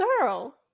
girl